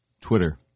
Twitter